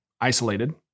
isolated